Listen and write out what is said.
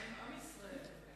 מה עם עם ישראל?